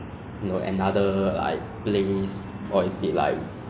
you know you speak must more singlish you know this [one] they looking for singlish